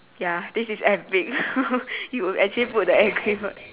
ya this is epic you actually put the angry bird